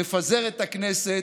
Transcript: נפזר את הכנסת,